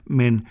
men